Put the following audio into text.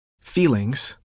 feelings